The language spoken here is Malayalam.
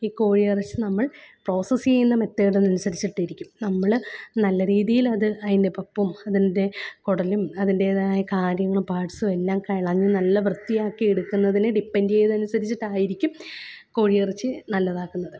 ഈ കോഴിയിറച്ചി നമ്മള് പ്രോസസ്സ് ചെയ്യുന്ന മെത്തേഡിനനുസരിച്ചിട്ടിരിക്കും നമ്മൾ നല്ല രീതിയിൽ അത് അതിന്റെ പപ്പും അതിന്റെ കുടലും അതിന്റേതായ കാര്യങ്ങളും പാര്ട്ട്സും എല്ലാം കളഞ്ഞ് നല്ല വൃത്തിയാക്കി എടുക്കുന്നതിനെ ഡിപ്പൻ്റ് ചെയ്യുന്നതിനെ അനുസരിച്ചിട്ടായിരിക്കും കോഴിയിറച്ചി നല്ലതാക്കുന്നത്